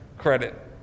credit